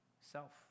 self